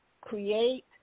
create